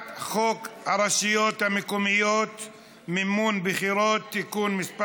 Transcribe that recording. חוק הרשויות המקומיות (מימון בחירות) (תיקון מס'